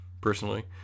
personally